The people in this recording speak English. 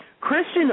Christian